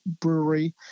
brewery